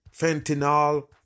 fentanyl